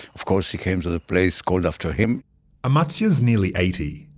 of course he came to the place called after him amatzia's nearly eighty,